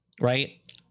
Right